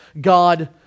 God